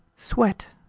sweat,